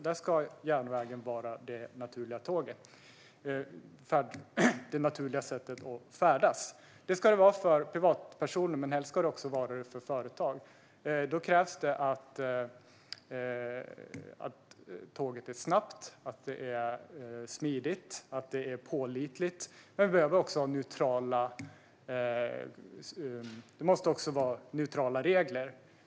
Där ska järnvägen vara det naturliga sättet att färdas, för privatpersoner men helst också för företag. Då krävs att tåget är snabbt, smidigt och pålitligt. Det måste också vara neutrala regler.